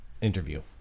interview